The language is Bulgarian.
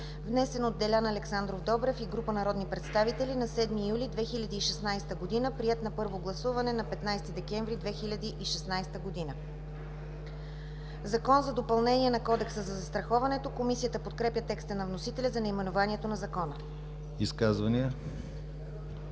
внесен от Делян Александров Добрев и група народни представители на 7 юли 2016 г., приет на първо гласуване на 15 декември 2016 г. „Закон за допълнение на Кодекса за застраховането“. Комисията подкрепя текста на вносителя за наименованието на Закона. ПРЕДСЕДАТЕЛ